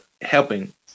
helping